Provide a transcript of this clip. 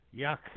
Yuck